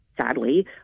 sadly